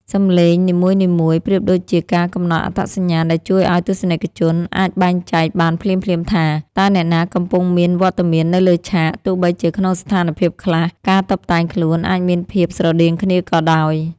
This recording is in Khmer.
សំឡេងនីមួយៗប្រៀបដូចជាការកំណត់អត្តសញ្ញាណដែលជួយឱ្យទស្សនិកជនអាចបែងចែកបានភ្លាមៗថា តើអ្នកណាកំពុងមានវត្តមាននៅលើឆាក ទោះបីជាក្នុងស្ថានភាពខ្លះ ការតុបតែងខ្លួនអាចមានភាពស្រដៀងគ្នាក៏ដោយ។